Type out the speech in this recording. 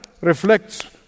reflects